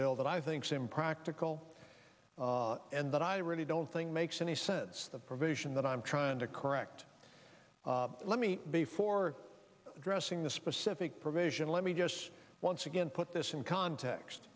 bill that i think seem practical and that i really don't think makes any sense the provision that i'm trying to correct let me before addressing the specific provision let me just once again put this in context